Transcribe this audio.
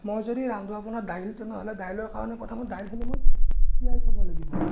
মই যদি ৰান্ধো আপোনাৰ দাইল তেনেহ'লে দাইলৰ কাৰণে প্ৰথমতে দাইলখিনি মই তিয়াই থ'ব লাগিব